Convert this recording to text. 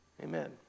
Amen